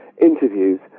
interviews